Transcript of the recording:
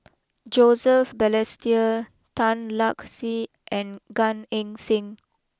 Joseph Balestier Tan Lark Sye and Gan Eng Seng